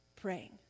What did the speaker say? praying